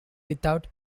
without